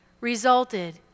resulted